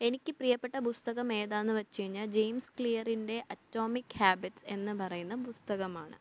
എനിക്ക് പ്രിയപ്പെട്ട പുസ്തകം ഏതാന്ന് വെച്ചുകഴിഞ്ഞാല് ജെയിംസ് ക്ലിയറിൻ്റെ അറ്റോമിക് ഹാബിറ്റ് എന്ന് പറയുന്ന പുസ്തകമാണ്